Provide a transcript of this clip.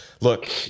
Look